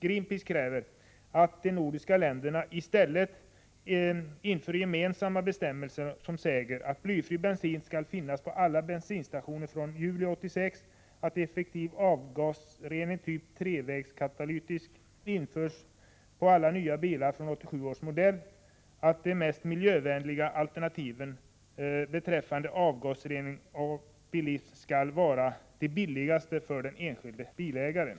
Greenpeace kräver att de nordiska länderna i stället inför gemensamma bestämmelser som säger: — att blyfri bensin skall finnas på alla bensinstationer från juli 1986, — att effektiv avgasrening införs på alla nya bilar från — att de mest miljövänliga alternativen beträffande avgasrening av bensin skall vara de billigaste för den enskilde bilägaren.”